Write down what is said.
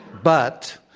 but,